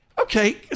okay